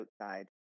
outside